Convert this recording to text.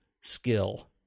skill